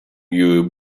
your